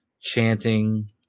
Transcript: chanting